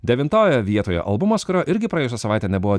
devintojoje vietoje albumas kurio irgi praėjusią savaitę nebuvo